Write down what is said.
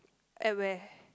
at where